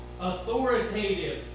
authoritative